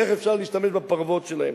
איך אפשר להשתמש בפרוות שלהם.